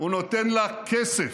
הוא נותן לה כסף,